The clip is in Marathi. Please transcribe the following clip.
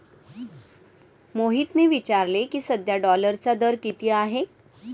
मोहितने विचारले की, सध्या डॉलरचा दर किती आहे?